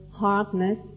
hardness